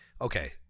Okay